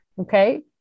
okay